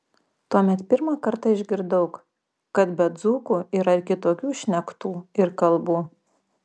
tuomet pirmą kartą išgirdau kad be dzūkų yra ir kitokių šnektų ir kalbų